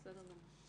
בסדר גמור.